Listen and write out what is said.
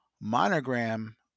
monogram